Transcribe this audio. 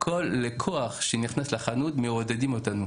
כל לקוח שנכנס לחנות, מעודדים אותנו.